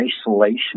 isolation